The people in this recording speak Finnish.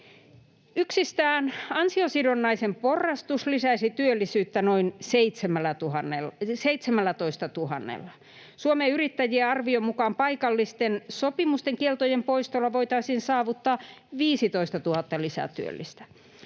Yksistään ansiosidonnaisen porrastus lisäisi työllisyyttä noin 17 000 hengellä. Suomen Yrittäjien arvion mukaan paikallisten sopimusten kieltojen poistolla voitaisiin saavuttaa 15 000 lisätyöllistä.